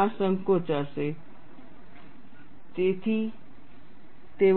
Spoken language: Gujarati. આ સંકોચાશે અને તે વધશે